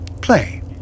play